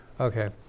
okay